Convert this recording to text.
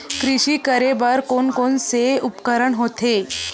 कृषि करेबर कोन कौन से उपकरण होथे?